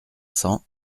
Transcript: cents